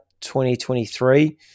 2023